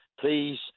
please